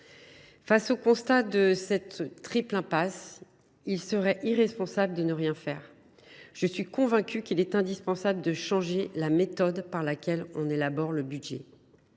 Face au constat de cette triple impasse, il serait irresponsable de ne rien faire. Je suis convaincue qu’il est indispensable de changer la méthode par laquelle on élabore le budget.